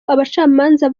abacamanza